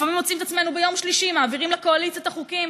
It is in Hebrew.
לפעמים אנחנו מוצאים את עצמנו ביום שלישי מעבירים לקואליציה את החוקים,